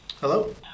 Hello